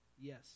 Yes